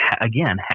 again